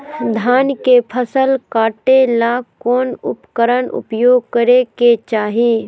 धान के फसल काटे ला कौन उपकरण उपयोग करे के चाही?